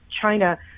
China